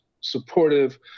supportive